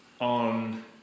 on